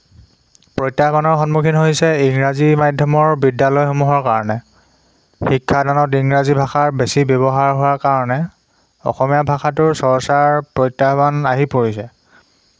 প্ৰত্যাহ্বানৰ সন্মুখীন হৈছে ইংৰাজী মাধ্যমৰ বিদ্যালয়সমূহৰ কাৰণে শিক্ষা দানত ইংৰাজী ভাষা বেছি ব্যৱহাৰ হোৱাৰ কাৰণে অসমীয়া ভাষাটোৰ চৰ্চাৰ প্ৰত্যাহ্বান আহি পৰিছে